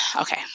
okay